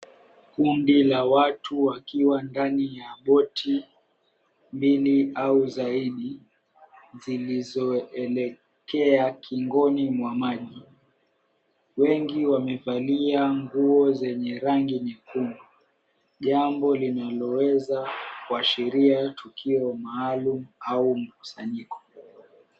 Kundi la watu wakiwa ndani ya boti mbili au zaidi zilizoelekea kingoni mwa maji wengi wamevalia nguo zenye rangi nyekundu jambo linaloweza kuashiria tukio maalum au mkusanyiko.